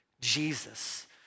Jesus